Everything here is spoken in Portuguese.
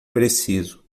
preciso